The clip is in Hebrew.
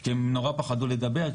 כי הם נורא פחדו לדבר,